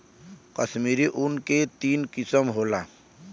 कश्मीरी ऊन के तीन किसम होला